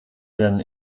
werden